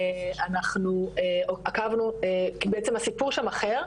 אנחנו עקבנו כי בעצם הסיפור שם אחר,